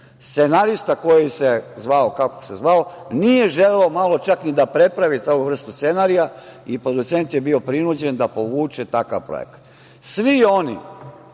zvao kako se zvao nije želeo ni malo čak ni da prepravi takvu vrstu scenarija i producent je bio prinuđen da povuče takav projekat. Svi oni